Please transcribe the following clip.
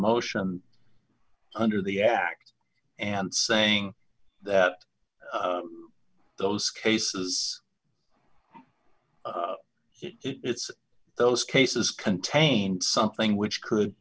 motion under the act and saying that those cases it's those cases contain something which could